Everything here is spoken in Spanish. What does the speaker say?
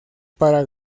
para